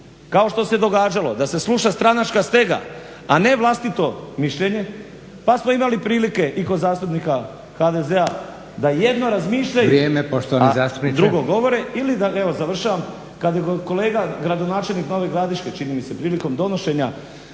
kao što se događalo da se sluša stranačka stega, a ne vlastito mišljenje. Pa smo imali prilike i kod zastupnika HDZ-a da jedno razmišljaju … /Upadica: Vrijeme./ … a drugo govore. Evo završavam, kada je kolega gradonačelnik Nove Gradiške čini mi se prilikom donošenja